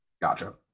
Gotcha